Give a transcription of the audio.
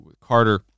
Carter